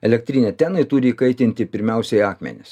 elektrinė ten ji turi įkaitinti pirmiausiai akmenis